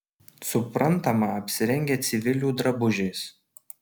suprantama apsirengę civilių drabužiais